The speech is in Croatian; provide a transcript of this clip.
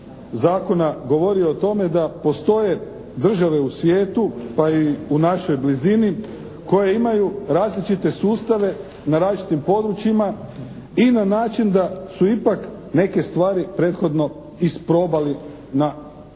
zakona govorio o tome da postoje države u svijetu pa i u našoj blizini koje imaju različite sustave na različitim područjima i na način da su ipak neke stvari prethodno isprobali na, evo na